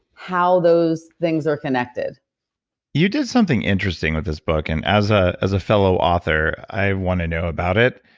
how those things are connected you did something interesting with this book and as ah as a fellow author, i want to know about it.